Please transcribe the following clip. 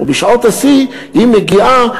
ובשעות השיא היא מגיעה,